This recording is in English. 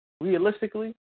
realistically